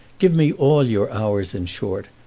give me all your hours in short,